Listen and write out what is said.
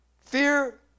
fear